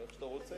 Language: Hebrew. איך שאתה רוצה.